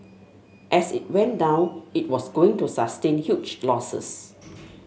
as it went down it was going to sustain huge losses